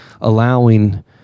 allowing